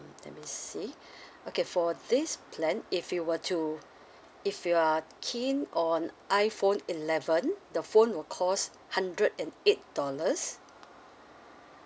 let me see okay for this plan if you were to if you are keen on iphone eleven the phone will cost hundred and eight dollars